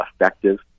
effective